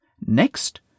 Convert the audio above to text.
Next